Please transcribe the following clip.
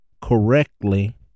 correctly